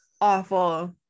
awful